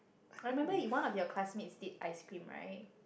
I remember it one of your classmates did ice cream right